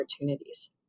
opportunities